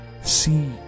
see